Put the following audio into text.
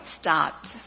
stopped